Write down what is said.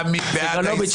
סגלוביץ',